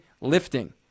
lifting